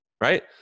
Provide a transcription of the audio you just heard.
right